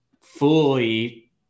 fully